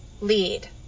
lead